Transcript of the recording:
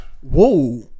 Whoa